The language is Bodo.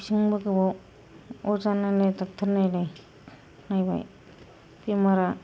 बेसेबांबा गोबाव अजा नायलाय डक्ट'र नायलाय नायबाय बेमारा